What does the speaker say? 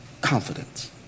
confidence